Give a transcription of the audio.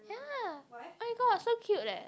ya my god so cute leh